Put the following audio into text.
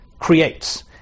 creates